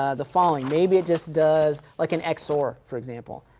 ah the following. maybe it just does like an xor, for example.